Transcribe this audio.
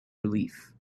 relief